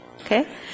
Okay